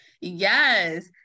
Yes